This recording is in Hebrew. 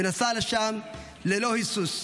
ונסע לשם ללא היסוס.